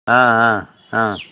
ஆ ஆ ஆ